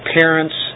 parents